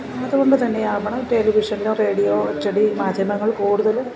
അതുകൊണ്ടുതന്നെയാവണം ടെലിവിഷനിലോ റേഡിയോ അച്ചടി മാധ്യമങ്ങൾ കൂടുതലും